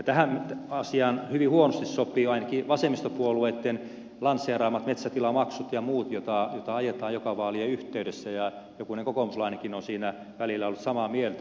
tähän asiaan hyvin huonosti sopivat ainakin vasemmistopuolueitten lanseeraamat metsätilamaksut ja muut joita ajetaan joka vaalien yhteydessä ja jokunen kokoomuslainenkin on siitä välillä ollut samaa mieltä